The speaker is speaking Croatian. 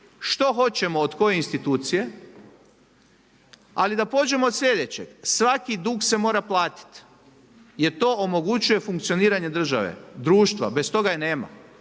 Što hoćemo od koje institucije, ali da pođemo od sljedećeg. Svaki dug se mora platiti, jer to omogućuje funkcioniranje države, društva, bez toga je nema.